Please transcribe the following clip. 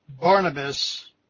Barnabas